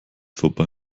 vorbei